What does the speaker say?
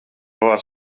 var